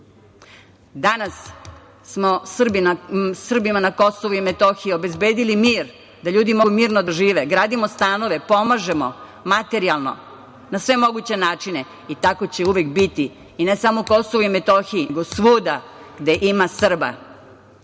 Danas smo Srbima na Kosovu i Metohiji obezbedili mir da ljudi mogu mirno da žive, gradimo stanove, pomažemo materijalno, na sve moguće načine i tako će uvek biti i ne samo Kosovu i Metohiji, nego svuda gde ima Srba.